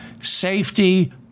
safety